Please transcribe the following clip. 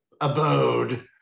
abode